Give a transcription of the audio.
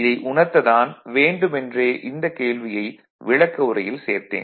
இதை உணர்த்த தான் வேண்டுமென்றே இந்த கேள்வியை விளக்கவுரையில் சேர்த்தேன்